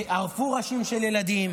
ערפו ראשים של ילדים,